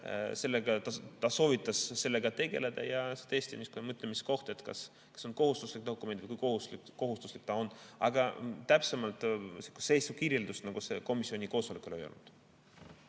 ja ta soovitas sellega tegeleda. Ja tõesti, see on mõtlemise koht, kas see on kohustuslik dokument või kui kohustuslik ta on, aga täpsemat seisu kirjeldust komisjoni koosolekul ei olnud.